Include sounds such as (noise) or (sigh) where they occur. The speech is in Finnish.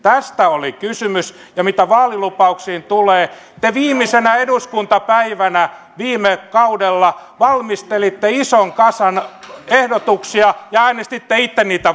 tästä oli kysymys ja mitä vaalilupauksiin tulee te viimeisenä eduskuntapäivänä viime kaudella valmistelitte ison kasan ehdotuksia ja äänestitte itse niitä (unintelligible)